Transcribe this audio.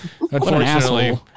unfortunately